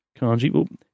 kanji